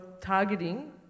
targeting